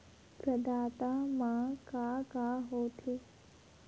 प्रदाता मा का का हो थे?